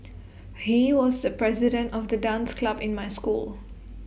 he was the president of the dance club in my school